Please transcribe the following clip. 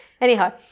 Anyhow